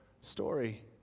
story